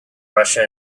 russia